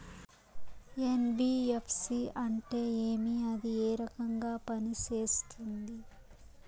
NBFC అంటే ఏమి అది ఏ రకంగా పనిసేస్తుంది